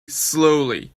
slowly